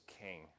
king